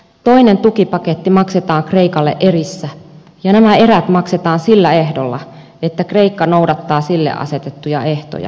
toinen tukipaketti maksetaan kreikalle erissä ja nämä erät maksetaan sillä ehdolla että kreikka noudattaa sille asetettuja ehtoja